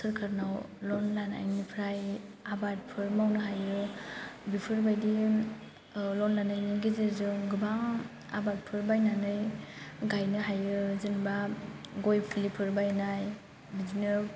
सोरकारनाव लन लानायनिफ्राइ आबादफोर मावनो हायो बेफोरबायदिनो ओह लन लानायनि गेजेरजों गोबां आबादफोर बायनानै गायनो हायो जेनेबा गय फुलिफोर बायनाय बिदिनो